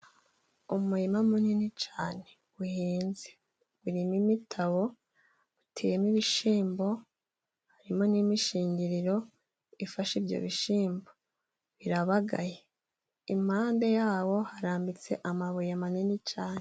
Imurima munini cysne uhinze urimo n'imitabo, uteyemo ibishyimbo harimo n'imishingiriro ifashe ibyo bishyimbo, birabagaye impande yaho harambitse amabuye manini cyane.